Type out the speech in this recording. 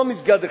לא מסגד אחד,